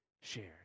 shared